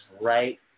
right